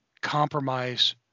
compromise